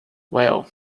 well